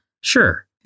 sure